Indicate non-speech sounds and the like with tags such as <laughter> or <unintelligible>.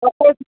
<unintelligible>